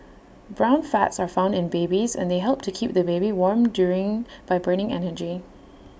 brown fats are found in babies and they help to keep the baby warm during by burning energy